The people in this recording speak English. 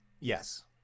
yes